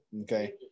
Okay